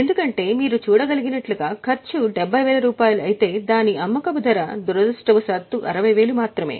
ఎందుకంటే మీరు చూడగలిగినట్లుగా ఖర్చు 70000 అయితే దాని అమ్మకపు ధర దురదృష్టవశాత్తు 60000 మాత్రమే